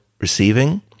receiving